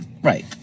right